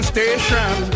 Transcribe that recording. Station